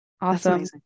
Awesome